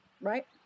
Right